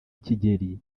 kigeli